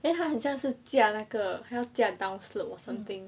then 他很像是驾那个他要驾 downslope or something